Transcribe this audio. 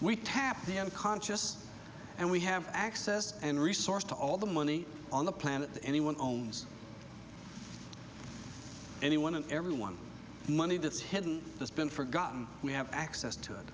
we tapped the unconscious and we have access and resource to all the money on the planet anyone owns anyone and everyone the money that's hidden has been forgotten we have access to it